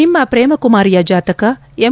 ನಿಮ್ಮ ಪ್ರೇಮಕುಮಾರಿಯ ಜಾತಕ ಎಂ